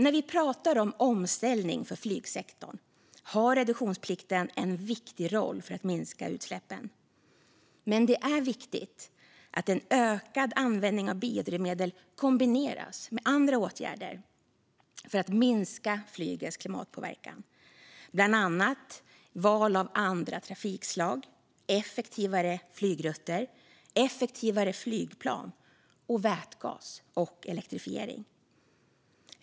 När vi pratar om omställning för flygsektorn har reduktionsplikten en viktig roll för att minska utsläppen. Men det är viktigt att en ökad användning av biodrivmedel kombineras med andra åtgärder för att minska flygets klimatpåverkan. Det handlar bland annat om val av andra trafikslag, effektivare flygrutter, effektivare flygplan, vätgas och elektrifiering.